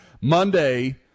monday